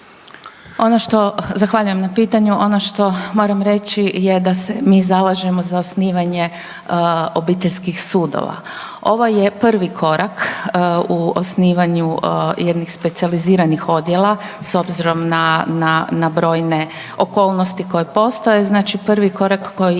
Ono što, zahvaljujem na pitanju, ono što moram reći je da se mi zalažemo za osnivanje obiteljskih sudova. Ovo je prvi korak u osnivanju jednih specijaliziranih odjela s obzirom na, na brojne okolnosti koje postoje. Znači prvi korak koji